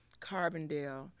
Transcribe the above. Carbondale